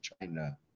China